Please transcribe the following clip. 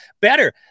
better